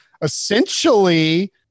essentially